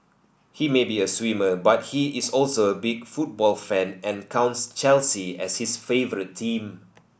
he may be a swimmer but he is also a big football fan and counts Chelsea as his favourite team